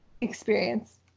experience